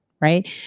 Right